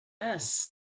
Yes